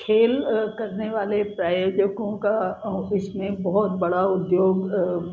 खेल करने वाले प्रायोजकों का ऑफिस में बहुत बड़ा उद्योग